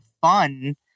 fun